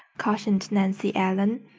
cautioned nancy ellen.